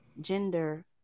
Gender